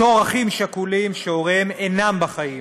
בתור אחים שכולים שהוריהם אינם בחיים